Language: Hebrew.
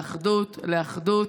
לאחדות,